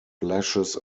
flashes